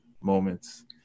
moments